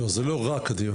לא, זה לא רק הדיון.